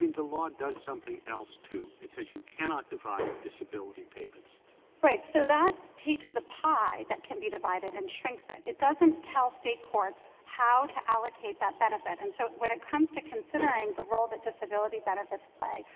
the law does something else too. it says you cannot divide disability payments. eisenstein right. so that takes the pie that can be divided and shrinks it. it doesn't tell state courts how to allocate that benefit. and so when it comes to considering the role that disability benefits play,